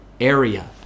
area